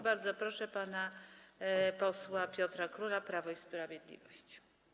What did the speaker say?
Bardzo proszę pana posła Piotra Króla, Prawo i Sprawiedliwość.